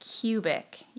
cubic